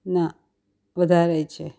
ના વધારે છે